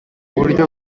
buryo